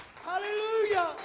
hallelujah